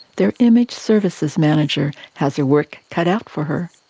their image services manager has her work cut out for her.